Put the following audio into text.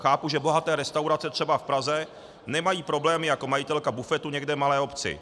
Chápu, že bohaté restaurace třeba v Praze nemají problémy jako majitelka bufetu někde v malé obci.